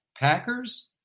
Packers